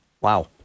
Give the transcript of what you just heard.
Wow